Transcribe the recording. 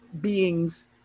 beings